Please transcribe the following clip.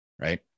Right